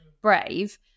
brave